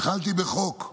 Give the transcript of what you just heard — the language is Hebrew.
התחלתי בחוק,